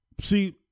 See